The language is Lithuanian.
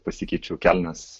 pasikeičiau kelnes